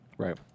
Right